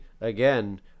again